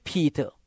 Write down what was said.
Peter